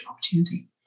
opportunity